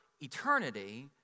eternity